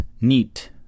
neat